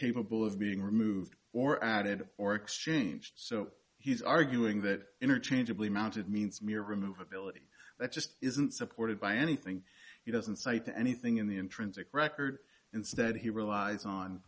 capable of being removed or added or exchanged so he's arguing that interchangeably mounted means mirror remove ability that just isn't supported by anything he doesn't cite anything in the intrinsic record instead he relies on